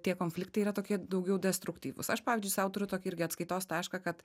tie konfliktai yra tokie daugiau destruktyvūs aš pavyzdžiui sau turiu tokį irgi atskaitos tašką kad